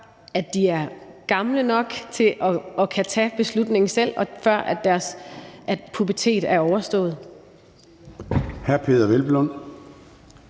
før de er gamle nok til at kunne tage beslutningen selv, og før deres pubertet er overstået.